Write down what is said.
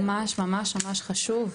ממש ממש חשוב.